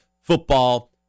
football